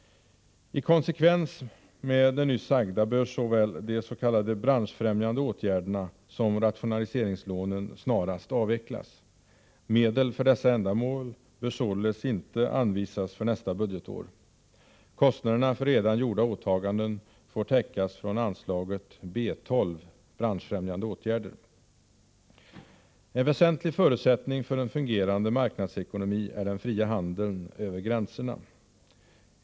I konsekvens med det nyss sagda bör såväl de s.k. branschfrämjande åtgärderna som rationaliseringslånen snarast avvecklas. Medel för dessa ändamål bör således inte anvisas för nästa budgetår. Kostnaderna för redan gjorda åtaganden får täckas från anslaget B 12 Branschfrämjande åtgärder. En väsentlig förutsättning för en fungerande marknadsekonomi är den fria handeln över gränserna.